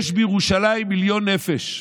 יש בירושלים מיליון נפש.